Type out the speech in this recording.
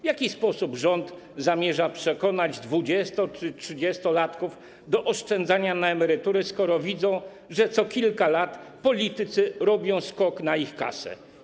W jaki sposób rząd zamierza przekonać 20- czy 30-latków do oszczędzania na emerytury, skoro widzą, że co kilka lat politycy robią skok na ich kasę?